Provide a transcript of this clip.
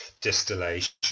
distillation